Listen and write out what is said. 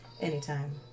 Anytime